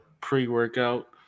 pre-workout